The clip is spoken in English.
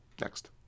next